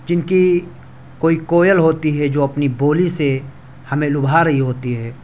جن کی کوئی کوئل ہوتی ہے جو اپنی بولی سے ہمیں لبھا رہی ہوتی ہے